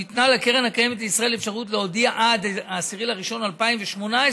ניתנה לקרן הקיימת לישראל אפשרות להודיע עד 10 בינואר 2018